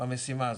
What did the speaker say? המשימה הזאת,